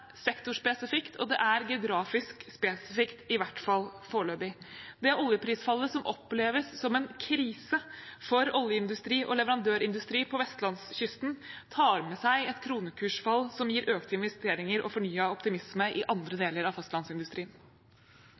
sektorspesifikt, og det er geografisk spesifikt, i hvert fall foreløpig. Det oljeprisfallet som oppleves som en krise for oljeindustri og leverandørindustri på vestlandskysten, tar med seg et kronekursfall, som gir økte investeringer og fornyet optimisme i andre deler av fastlandsindustrien.